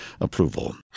approval